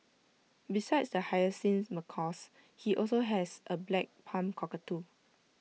besides the hyacinth macaws he also has A black palm cockatoo